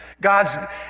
God's